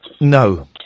No